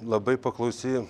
labai paklausi